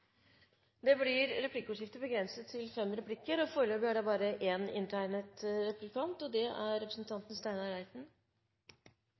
Det blir replikkordskifte. Foreløpig er det bare én inntegnet replikant, og det er